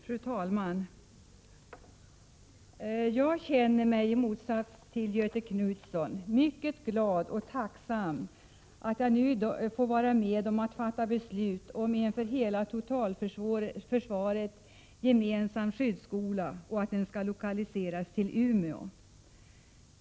Fru talman! Jag känner mig, i motsats till Göthe Knutson, mycket glad och tacksam att nu få vara med om att fatta beslut om en för hela totalförsvaret gemensam skyddsskola och att den skall lokaliseras till Umeå.